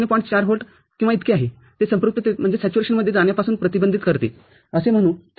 ४ volt किंवा इतके आहे जे हे संपृक्ततेत जाण्यापासून प्रतिबंधित करते असे म्हणू तर ठीक आहे